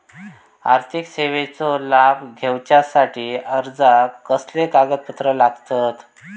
आर्थिक सेवेचो लाभ घेवच्यासाठी अर्जाक कसले कागदपत्र लागतत?